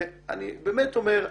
ואני באמת אומר,